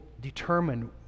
determine